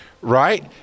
right